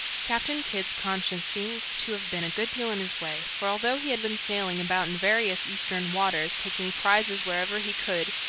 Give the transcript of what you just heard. captain kidd's conscience seems to have been a good deal in his way for although he had been sailing about in various eastern waters, taking prizes wherever he could,